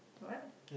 what